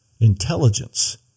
intelligence